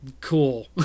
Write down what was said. cool